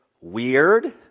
weird